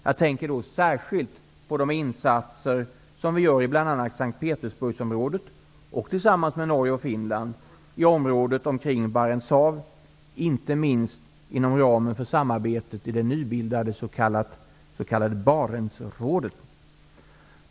Jag tänker då särskilt på de insatser vi gör bl.a. i S:t Petersburgsområdet och, tillsammans med Norge och Finland, i området omkring Barents hav inte minst inom ramen för samarbetet i det nybildade s.k. Barentsrådet.